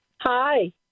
Hi